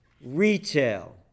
Retail